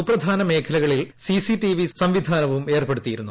സുപ്രധാന മേഖലകളിൽ സിസിടിവി സംവിധാനവും ഏർപ്പെടുത്തിയിരുന്നു